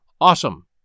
awesome